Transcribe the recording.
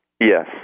Yes